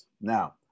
Now